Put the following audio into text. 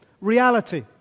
reality